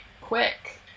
quick